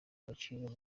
agaciro